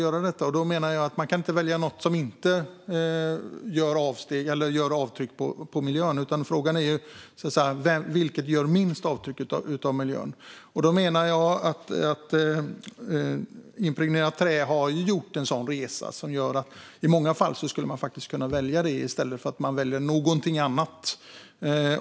Jag menar att man inte kan välja något som inte gör avtryck på miljön utan att frågan är vilket som gör minst avtryck på miljön. Jag menar att impregnerat trä har gjort en sådan resa att man i många fall skulle kunna välja det i stället för någonting annat.